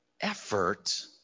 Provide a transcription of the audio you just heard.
effort